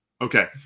Okay